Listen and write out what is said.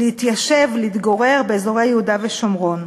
להתיישב, להתגורר באזורי יהודה ושומרון.